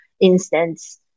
instance